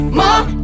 more